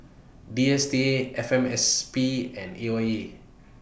D S T A F M S P and A Y E